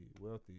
wealthy